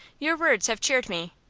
your words have cheered me.